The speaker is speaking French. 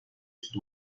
sud